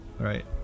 right